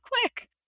quick